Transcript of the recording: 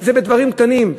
זה בדברים קטנים.